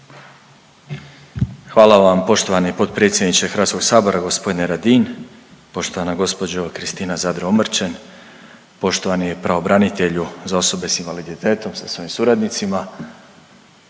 Hvala vam poštovani potpredsjedniče Hrvatskog sabora, gospodine Radin, poštovana gospođo Kristina Zadro Omrčen, poštovani pravobranitelju za osobe sa invaliditetom sa svojim suradnicima,